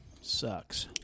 Sucks